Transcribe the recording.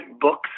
books